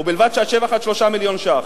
ובלבד שהשבח הוא עד 3 מיליון ש"ח.